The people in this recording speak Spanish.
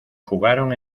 jugaron